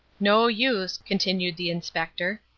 no use, continued the inspector.